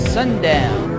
Sundown